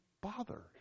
bother